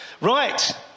Right